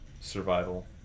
survival